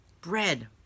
bread